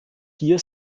hier